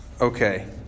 okay